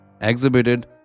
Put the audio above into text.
exhibited